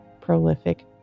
prolific